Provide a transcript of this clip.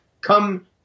come